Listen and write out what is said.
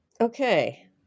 Okay